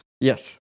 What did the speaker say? Yes